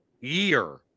year